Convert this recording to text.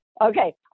Okay